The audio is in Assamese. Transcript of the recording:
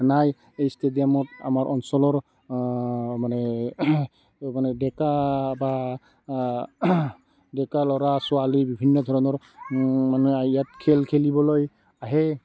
নাই এই ষ্টেডিয়ামত আমাৰ অঞ্চলৰ মানে তো মানে ডেকা বা ডেকা ল'ৰা ছোৱালী বিভিন্ন ধৰনৰ মানে ইয়াত খেল খেলিবলৈ আহে